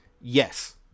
yes